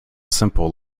simple